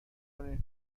کنید